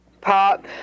Pop